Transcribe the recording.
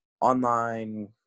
online